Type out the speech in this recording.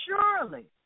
Surely